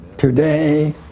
Today